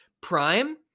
prime